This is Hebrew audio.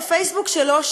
בפייסבוק שלו,